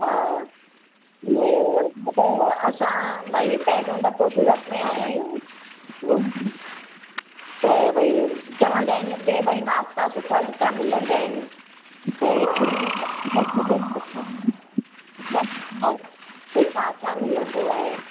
हा अ अदा असां भाई हे पहिरियों दफ़ो सूरत में आया आहियूं त भाई चवंदा आहिनि हिते भाई नाश्ता सुठा सुठा मिलंदा आहिनि त छा छा मिलंदो आहे